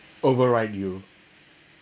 overwrite you